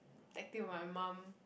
active my mum